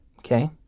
Okay